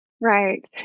Right